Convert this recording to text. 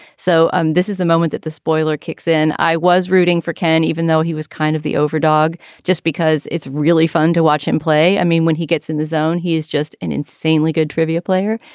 so um this is a moment that the spoiler kicks in. i was rooting for ken, even though he was kind of the overdog, just because it's really fun to watch him play. i mean, when he gets in the zone, he is just an insanely good trivia player.